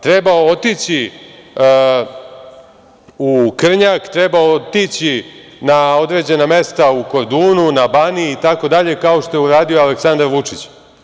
Treba otići u Krnjak, treba otići na određena mesta na Kordunu, na Baniji i tako dalje, kao što je uradio Aleksandra Vučić.